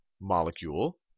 molecule